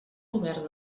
obert